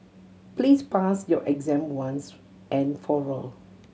please pass your exam once and for all